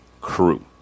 crew